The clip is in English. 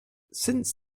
since